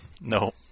No